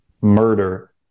murder